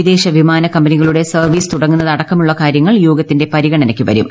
വിദേശ വിമാന കമ്പനികളുടെ സർവ്വീസ് തുടങ്ങുന്നതടക്കമുള്ള കാര്യങ്ങൾ യോഗത്തിന്റെ പരിഗണനക്ക് വരും